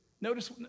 Notice